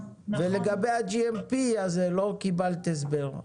ולגבי ה-GMP אז לא קיבלת הסבר,